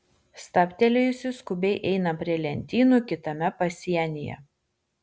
stabtelėjusi skubiai eina prie lentynų kitame pasienyje